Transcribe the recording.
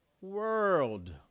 world